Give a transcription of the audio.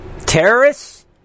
Terrorists